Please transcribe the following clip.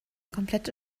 komplette